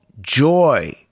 JOY